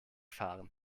fahren